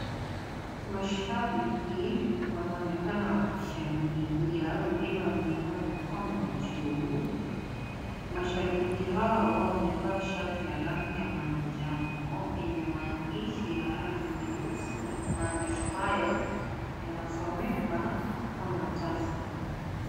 Mashabiki wanaonekana wakishangilia wengine wameinua mikono juu, mashabiki hao wamevaa shati ya rangi ya manjano yenye maandishi ya rangi nyeusi. Maandishi hayo yanasomeka kama Tusker.